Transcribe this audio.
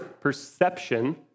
perception